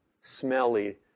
smelly